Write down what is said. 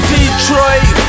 Detroit